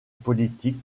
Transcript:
politique